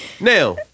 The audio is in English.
Now